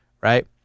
Right